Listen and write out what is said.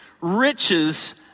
riches